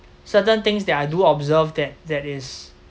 certain things that I do observe that that is